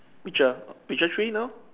Witcher ah Witcher three now